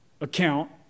account